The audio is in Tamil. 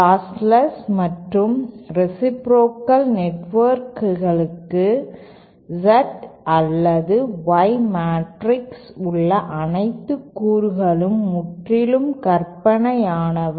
லாஸ்ட்லெஸ் மற்றும் ரேசிப்ரோகல் நெட்வொர்க்கிற்கு Z அல்லது Y மேட்ரிக்ஸில் உள்ள அனைத்து கூறுகளும் முற்றிலும் கற்பனையானவை